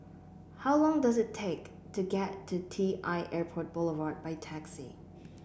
how long does it take to get to T I Airport Boulevard by taxi